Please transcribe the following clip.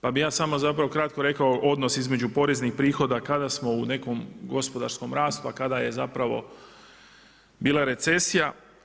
Pa bih ja samo zapravo kratko rekao odnos između poreznih prihoda kada smo u nekom gospodarskom rastu, a kada je zapravo bila recesija.